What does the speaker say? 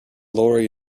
lorry